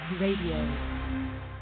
radio